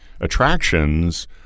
attractions